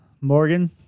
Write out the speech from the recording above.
Morgan